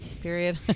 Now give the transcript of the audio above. period